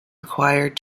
required